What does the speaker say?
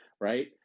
Right